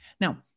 Now